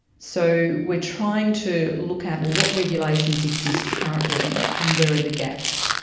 so we are trying to look at, well, what regulations exist currently and where are the gaps,